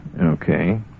Okay